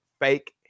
fake